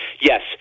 yes